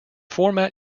format